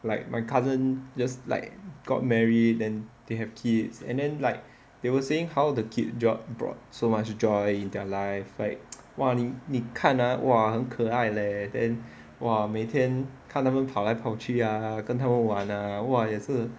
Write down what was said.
like my cousin just like got married and they have kids and then like they were saying how the kid job brought so much joy in their life like !wah! 你看啊哇很可爱 leh then !wah! 每天看她们跑来跑去啊跟她们玩啊哇也是